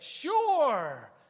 Sure